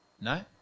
No